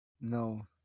No